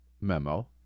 memo